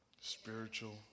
spiritual